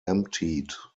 emptied